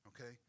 okay